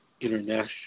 international